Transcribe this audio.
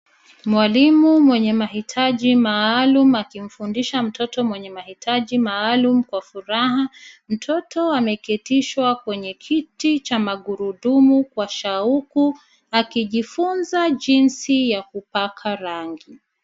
Mwalimu mwenye mahitaji maalum akimfundisha mtoto mwenye mahitaji maalum kwa furaha. Mtoto ameketishwa kwenye kiti cha magurudumu kwa shauku akijifunza jinsi ya kupaka rangi.